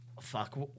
fuck